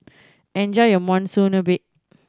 enjoy your Monsunabe